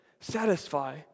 satisfy